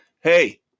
Hey